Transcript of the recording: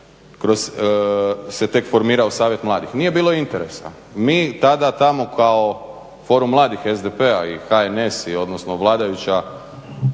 se tek formirao savjet mladih. Nije bilo interesa, mi tada tamo kao forum mladih SDP-a i HNS odnosno vladajuća